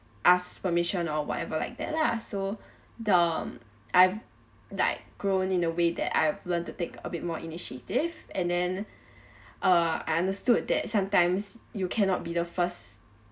ask permission or whatever like that lah so uh I've like grown in a way that I've learnt to take a bit more initiative and then uh I understood that sometimes you cannot be the first